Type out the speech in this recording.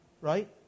right